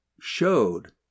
showed